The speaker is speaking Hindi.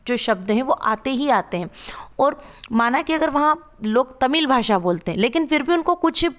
जो शब्द हैं वो आते ही आते हैं और माना कि अगर वहाँ लोग तमिल भाषा बोलते हैं लेकिन फिर भी उनको कुछ